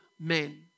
men